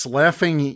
laughing